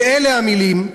ואלה המילים,